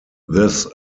this